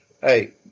hey